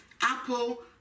Apple